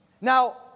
Now